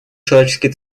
человеческие